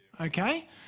Okay